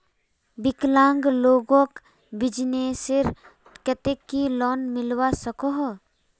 विकलांग लोगोक बिजनेसर केते की लोन मिलवा सकोहो?